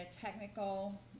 technical